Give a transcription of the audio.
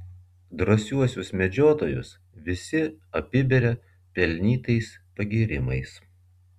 drąsiuosius medžiotojus visi apiberia pelnytais pagyrimais